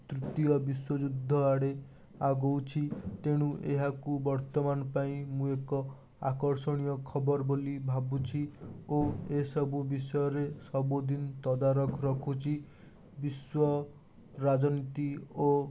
ତୃତୀୟ ବିଶ୍ୱଯୁଦ୍ଧ ଆଡ଼େ ଆଗଉଛି ତେଣୁ ଏହାକୁ ବର୍ତ୍ତମାନ ପାଇଁ ମୁଁ ଏକ ଆକର୍ଷଣୀୟ ଖବର ବୋଲି ଭାବୁଛି ଓ ଏସବୁ ବିଷୟରେ ସବୁ ଦିନ ତଦାରଖ ରଖୁଛି ବିଶ୍ଵ ରାଜନୀତି ଓ